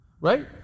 Right